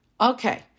Okay